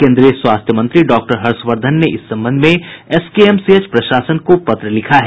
केन्द्रीय स्वास्थ्य मंत्री डॉक्टर हर्षवर्धन ने इस संबंध में एसकेएमसीएच प्रशासन को पत्र भी लिखा है